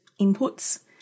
inputs